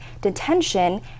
detention